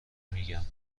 میگم